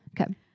Okay